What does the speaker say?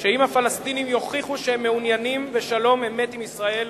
שאם הפלסטינים יוכיחו שהם מעוניינים בשלום-אמת עם ישראל,